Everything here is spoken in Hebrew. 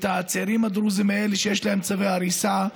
הצעירים הדרוזים האלה שיש להם צווי הריסה,